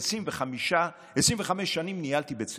25 שנים ניהלתי בית ספר.